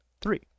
Three